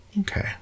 okay